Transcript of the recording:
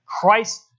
Christ